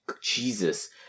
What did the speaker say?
Jesus